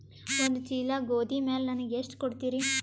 ಒಂದ ಚೀಲ ಗೋಧಿ ಮ್ಯಾಲ ನನಗ ಎಷ್ಟ ಕೊಡತೀರಿ?